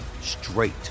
straight